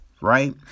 right